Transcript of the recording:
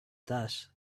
that